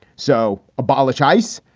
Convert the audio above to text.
so abolish ice.